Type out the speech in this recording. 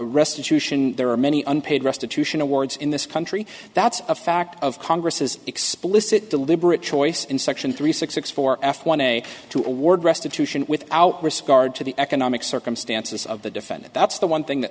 restitution there are many unpaid restitution awards in this country that's a fact of congress's explicit deliberate choice in section three six six four f one a to award restitution without risk are to the economic circumstances of the defendant that's the one thing that